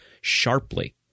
sharply